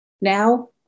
Now